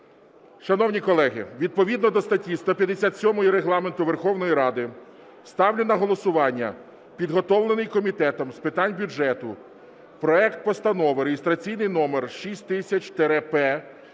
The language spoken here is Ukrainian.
Шановні колеги, відповідно до статті 157 Регламенту Верховної Ради ставлю на голосування підготовлений Комітетом з питань бюджету проект Постанови (реєстраційний номер 6000-П)